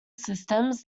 systems